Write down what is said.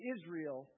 Israel